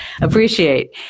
appreciate